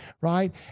right